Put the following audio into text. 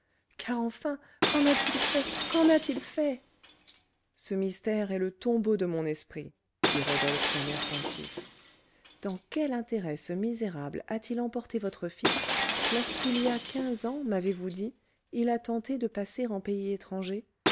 car enfin qu'en a-t-il fait qu'en a-t-il fait ce mystère est le tombeau de mon esprit dit rodolphe d'un air pensif dans quel intérêt ce misérable a-t-il emporté votre fils lorsqu'il y a quinze ans m'avez-vous dit il a tenté de passer en pays étranger